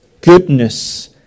goodness